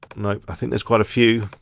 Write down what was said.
nope. i think there's quite a few.